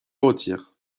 retire